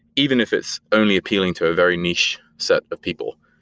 even if it's only appealing to a very niche set of people.